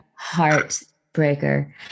heartbreaker